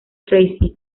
tracy